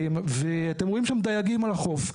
אתם רואים שם דייגים על החוף.